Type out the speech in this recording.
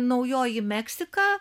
naujoji meksika